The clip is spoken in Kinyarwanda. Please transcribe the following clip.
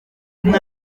umwe